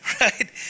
right